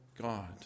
God